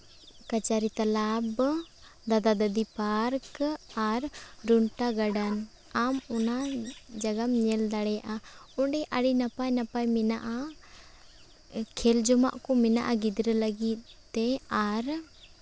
ᱠᱟᱹᱪᱟᱹᱨᱤ ᱛᱟᱞᱟᱵᱽᱵᱚ ᱫᱟᱫᱟ ᱫᱟᱫᱤ ᱯᱟᱨᱠ ᱟᱨ ᱨᱩᱱᱴᱟᱹ ᱜᱟᱨᱰᱮᱱ ᱟᱢ ᱚᱱᱟ ᱡᱟᱭᱜᱟᱢ ᱧᱮᱞ ᱫᱟᱲᱮᱭᱟᱜᱼᱟ ᱚᱸᱰᱮ ᱟᱹᱰᱤ ᱱᱟᱯᱟᱭ ᱱᱟᱯᱟᱭ ᱢᱮᱱᱟᱜᱼᱟ ᱠᱷᱮᱹᱞ ᱡᱚᱝᱟᱜ ᱠᱚ ᱢᱮᱱᱟᱜᱼᱟ ᱜᱤᱫᱽᱨᱟᱹ ᱞᱟᱹᱜᱤᱫ ᱛᱮ ᱟᱨ